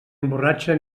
emborratxa